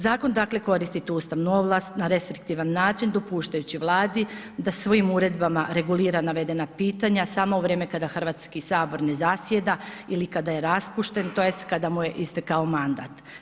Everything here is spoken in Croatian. Zakon koristi tu ustavnu ovlast na restriktivan način dopuštajući Vladi da svojim uredbama regulira navedena pitanja samo u vrijeme kada Hrvatski sabor ne zasjeda ili kada je raspušten tj. kada mu je istekao mandat.